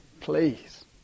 please